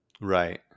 Right